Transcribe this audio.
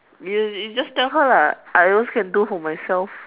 you you just tell her lah I also can do for myself